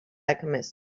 alchemist